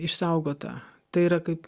išsaugota tai yra kaip